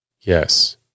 Yes